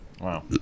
Wow